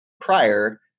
prior